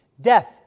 Death